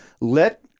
let